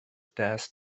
death